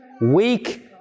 weak